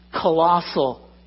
colossal